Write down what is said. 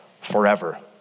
forever